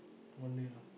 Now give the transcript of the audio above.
one day lah